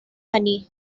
honey